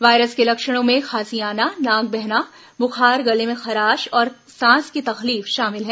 virus के लक्षणों में खांसी आना नाक बहना बुखार गले में खराश और सांस की तकलीफ शामिल हैं